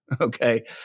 okay